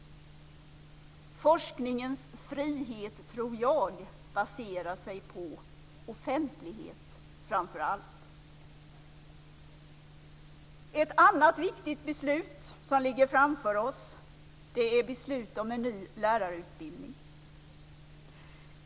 Forskningens frihet baserar sig framför allt på offentlighet. Ett annat viktigt beslut som ligger framför oss är beslut om en ny lärarutbildning.